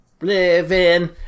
Living